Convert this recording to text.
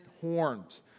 horns